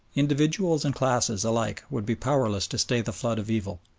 individuals and classes alike would be powerless to stay the flood of evil.